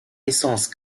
essence